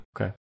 Okay